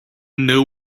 know